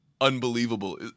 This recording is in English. unbelievable